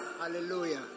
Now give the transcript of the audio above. Hallelujah